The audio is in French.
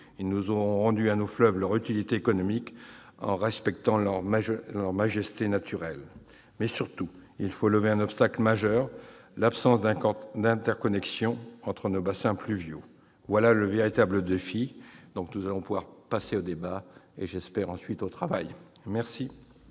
et nous aurons rendu à nos fleuves leur utilité économique en respectant leur majesté naturelle. Mais surtout, il faut lever un obstacle majeur : l'absence d'interconnexions entre nos bassins fluviaux. Voilà le véritable défi ! Après le débat, nous passerons ensuite, je l'espère, au travail. La